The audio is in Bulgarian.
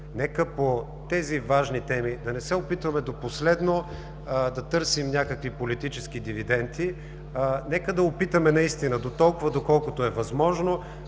нека по тези важни теми да не се опитваме до последно да търсим някакви политически дивиденти. Нека да опитаме наистина дотолкова, доколкото е възможно